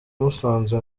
musanze